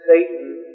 Satan